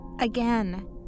Again